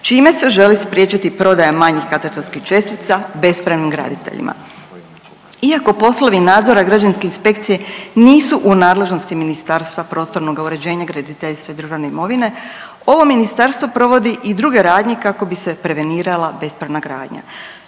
čime se želi spriječiti prodaja manjih katastarskih čestica bespravnim graditeljima. Iako poslovi nadzora Građevinske inspekcije nisu u nadležnosti Ministarstva prostornoga uređenja, graditeljstva i državne imovine ovo ministarstvo provodi i druge radnje kako bi se prevenirala bespravna gradnja.